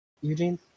Eugene